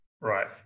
right